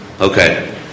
okay